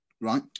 Right